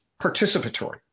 participatory